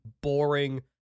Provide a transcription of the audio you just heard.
boring